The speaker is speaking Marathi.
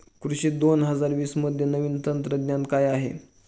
कृषी दोन हजार वीसमध्ये नवीन तंत्रज्ञान काय आहे?